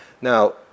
Now